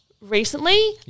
recently